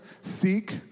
seek